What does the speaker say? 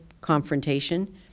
confrontation